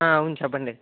అవును చెప్పండీ